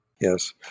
Yes